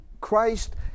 Christ